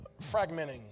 fragmenting